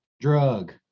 drug